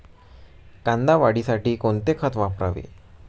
कांदा वाढीसाठी कोणते खत वापरावे?